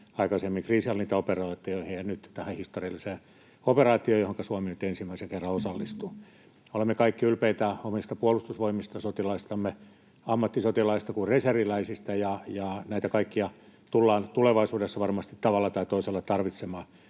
aikaisemmin kriisinhallintaoperaatioihin ja nyt tähän historialliseen operaatioon, johonka Suomi nyt ensimmäisen kerran osallistuu. Olemme kaikki ylpeitä omista Puolustusvoimista, sotilaistamme, niin ammattisotilaista kuin reserviläisistä, ja näitä kaikkia tullaan tulevaisuudessa varmasti tavalla tai toisella tarvitsemaan